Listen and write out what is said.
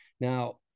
Now